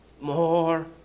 more